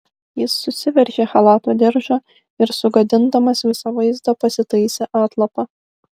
jis susiveržė chalato diržą ir sugadindamas visą vaizdą pasitaisė atlapą